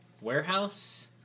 Warehouse